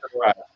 right